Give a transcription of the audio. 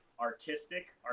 artistic